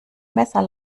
messer